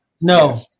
no